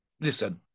Listen